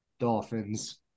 Dolphins